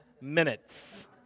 minutes